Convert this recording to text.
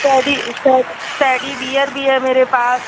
teddy instead teddy bear भी है मेरे पास